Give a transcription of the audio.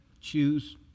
choose